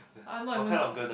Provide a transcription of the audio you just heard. I'm not even ki~